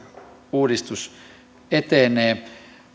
uudistus etenee